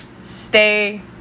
stay